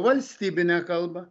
valstybinę kalbą